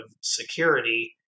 security